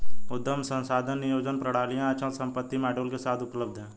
उद्यम संसाधन नियोजन प्रणालियाँ अचल संपत्ति मॉड्यूल के साथ उपलब्ध हैं